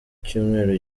cyumweru